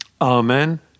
amen